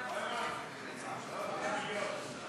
התשע"ה 2015, נתקבלה.